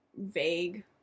vague